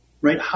right